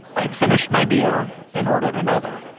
i'd finished my beer and ordered another.